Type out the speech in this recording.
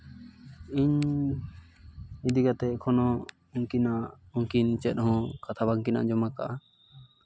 ᱤᱧ ᱤᱫᱤ ᱠᱟᱛᱮᱫ ᱠᱳᱱᱳ ᱩᱱᱠᱤᱱ ᱩᱱᱠᱤᱱᱟᱜ ᱪᱮᱫ ᱦᱚᱸ ᱠᱟᱛᱷᱟ ᱵᱟᱝᱠᱤᱱ ᱟᱸᱡᱚᱢ ᱟᱠᱟᱫᱼᱟ